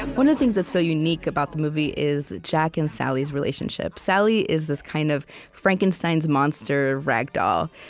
one of the things that's so unique about the movie is jack and sally's relationship. sally is this kind of frankenstein's-monster rag doll.